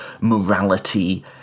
morality